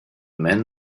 man